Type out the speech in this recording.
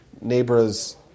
neighbor's